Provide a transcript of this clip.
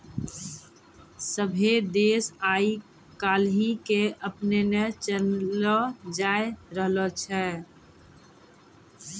सभ्भे देश आइ काल्हि के अपनैने चललो जाय रहलो छै